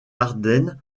ardenne